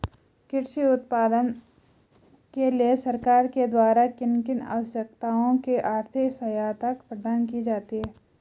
कृषि उत्पादन के लिए सरकार के द्वारा किन किन अवस्थाओं में आर्थिक सहायता प्रदान की जाती है?